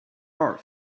our